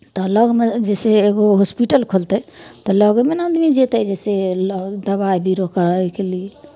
तऽ लगमे जइसे एगो हॉस्पिटल खोलतै तऽ लगेमे ने आदमी जेतै जइसे ल दबाइ बीरो कराएके लिए